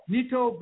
Nito